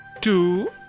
two